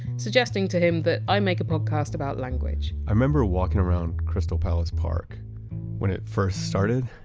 suggesting to him that i make a podcast about language i remember walking around crystal palace park when it first started,